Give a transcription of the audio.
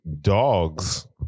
dogs